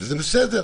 וזה בסדר,